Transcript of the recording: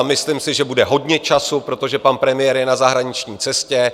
Myslím si, že bude hodně času, protože pan premiér je na zahraniční cestě.